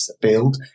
build